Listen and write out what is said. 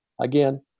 Again